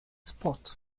spot